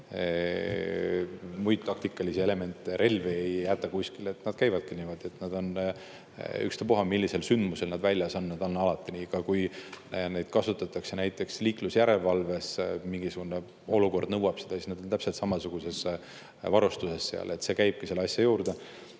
muid taktikalisi elemente, relvi ei jäta kuskile. Nad käivadki niimoodi, ükspuha, millisel sündmusel nad väljas on, nad on alati nii. Kui neid kasutatakse ka näiteks liiklusjärelevalves, mingisugune olukord nõuab seda, siis nad on täpselt samasuguses varustuses seal, see käibki selle asja juurde.